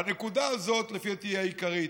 והנקודה הזאת לפי דעתי היא העיקרית.